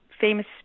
famous